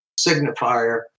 signifier